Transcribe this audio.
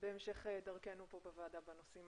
בהמשך דרכנו בוועדה בנושאים